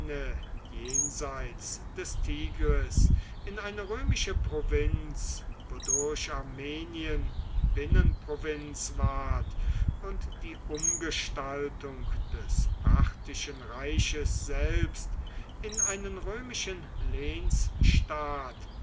jenseits des tigris in eine römische provinz wodurch armenien binnenprovinz ward und die umgestaltung des parthischen reiches selbst in einen römischen